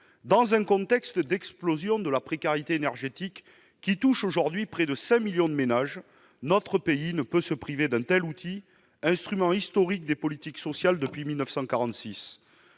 Dans un contexte d'explosion de la précarité énergétique, laquelle touche aujourd'hui près de 5 millions de ménages, notre pays ne peut se priver d'un tel outil, instrument historique des politiques sociales depuis 1946.